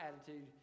attitude